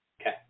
Okay